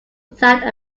without